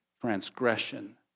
transgression